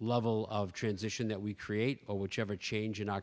level of transition that we create or whichever change in our